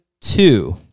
two